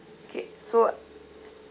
okay so